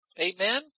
Amen